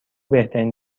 بهترین